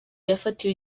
yafatiwe